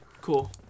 cool